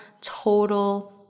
total